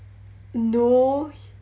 no